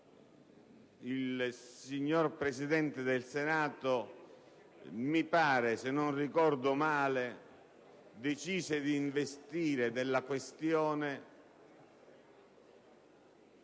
fa, il presidente del Senato, mi pare, se non ricordo male, decise di investire della questione